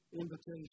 invitation